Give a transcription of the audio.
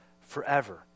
forever